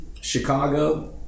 Chicago